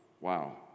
wow